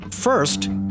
First